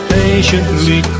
patiently